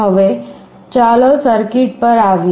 હવે ચાલો સર્કિટ પર આવીએ